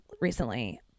recently